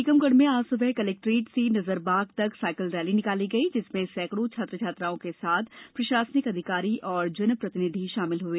वहीं टीकमगढ़ में आज सुबह कलेक्ट्रेट से नजरबाग तक साइकिल रैली निकाली गई जिसमें सैकड़ों छात्र छात्राओं के साथ प्रशानिक अधिकारी और जनप्रतिनधि शामिल हुए